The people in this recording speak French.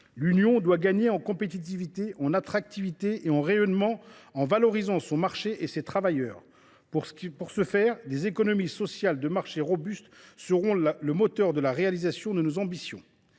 l’Union gagne en compétitivité, en attractivité et en rayonnement en valorisant son marché et ses travailleurs. Des économies sociales de marché robustes seront le moteur de la réalisation de nos ambitions.